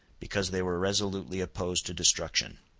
because they were resolutely opposed to destruction.